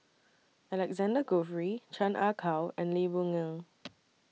Alexander Guthrie Chan Ah Kow and Lee Boon Ngan